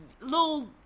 little